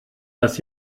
das